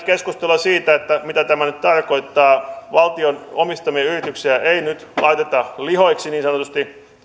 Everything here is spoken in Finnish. keskustelua siitä mitä tämä nyt tarkoittaa valtion omistamia yrityksiä ei nyt laiteta lihoiksi niin sanotusti että